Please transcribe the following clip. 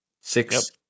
six